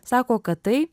sako kad tai